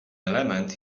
element